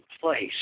place